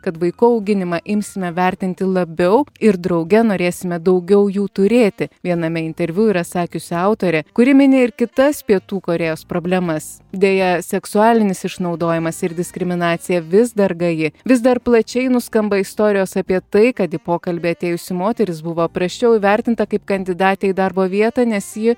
kad vaikų auginimą imsime vertinti labiau ir drauge norėsime daugiau jų turėti viename interviu yra sakiusi autorė kuri mini ir kitas pietų korėjos problemas deja seksualinis išnaudojimas ir diskriminacija vis dar gaji vis dar plačiai nuskamba istorijos apie tai kad į pokalbį atėjusi moteris buvo prasčiau vertinta kaip kandidatė į darbo vietą nes ji